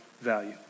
value